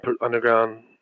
underground